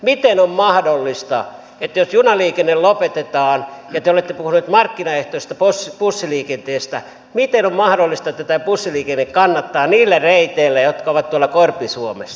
miten on mahdollista että jos junaliikenne lopetetaan ja te olette puhunut markkinaehtoisesta bussiliikenteestä miten on mahdollista että tämä bussiliikenne kannattaa niillä reiteillä jotka ovat tuolla korpi suomessa